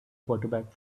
quarterback